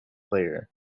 player